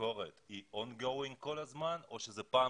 הביקורת היא on going כל הזמן או שזה פעם